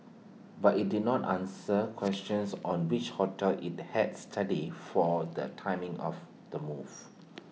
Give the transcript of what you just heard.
but IT did not answer questions on which hotels IT had studied for the timing of the move